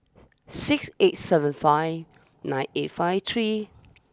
six eight seven five nine eight five three